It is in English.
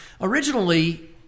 Originally